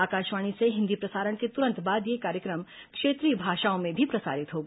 आकाशवाणी से हिन्दी प्रसारण के तुरंत बाद यह कार्यक्रम क्षेत्रीय भाषाओं में भी प्रसारित होगा